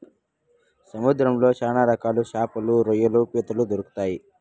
సముద్రంలో శ్యాన రకాల శాపలు, రొయ్యలు, పీతలు దొరుకుతాయి